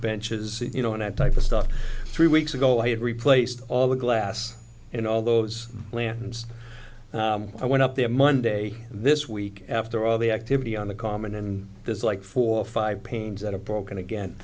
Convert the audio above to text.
benches you know and i take the stuff three weeks ago i had replaced all the glass in all those lanterns i went up there monday this week after all the activity on the common and there's like four or five panes at a broken again